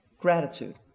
gratitude